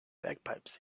bagpipes